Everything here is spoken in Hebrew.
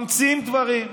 ממציאים דברים,